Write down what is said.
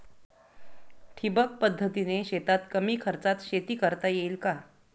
ठिबक पद्धतीने शेतात कमी खर्चात शेती करता येईल का?